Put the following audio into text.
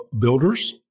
builders